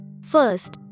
First